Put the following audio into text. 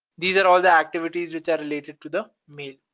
these are all the activities which are related to the mail,